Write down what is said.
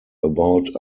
about